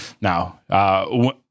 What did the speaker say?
Now